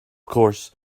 course